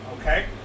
okay